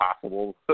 possible